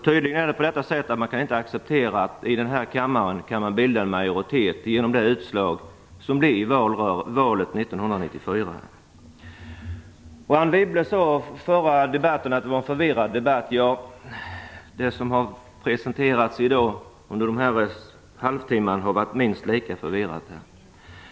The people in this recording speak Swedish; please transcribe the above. Tydligen kan man inte acceptera att vi i denna kammare kan bilda en majoritet genom det utslag som blev i valet 1994. Anne Wibble sade att den förra debatten var förvirrad. Det som har presenterats under den senaste halvtimmen har varit minst lika förvirrat.